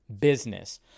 business